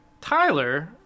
Tyler